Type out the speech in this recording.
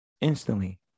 instantly